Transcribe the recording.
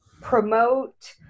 promote